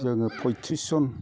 जोङो फयथ्रिसजन